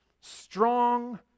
strong